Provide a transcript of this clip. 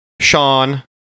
Sean